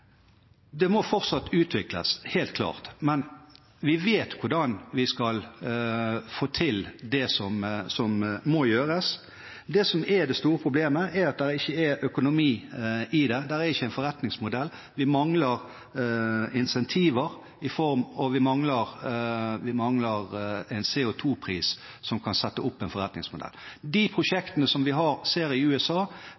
Det må fortsatt utvikles – helt klart. Men vi vet hvordan vi skal få til det som må gjøres. Det som er det store problemet, er at det ikke er økonomi i det. Det er ikke en forretningsmodell. Vi mangler incentiver, og vi mangler en CO2-pris som kan sette opp en forretningsmodell. I de prosjektene vi ser i USA,